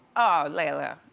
oh, lela,